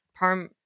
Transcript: parm